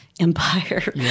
empire